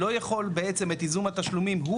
לא יכול בעצם את ייזום התשלומים הוא